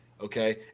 okay